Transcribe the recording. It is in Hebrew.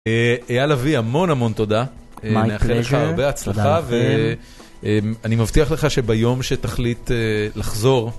אייל לביא, המון המון תודה, נאחל לך הרבה הצלחה, ואני מבטיח לך שביום שתחליט לחזור.